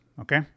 Okay